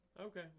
Okay